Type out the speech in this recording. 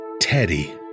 Teddy